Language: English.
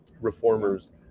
Reformers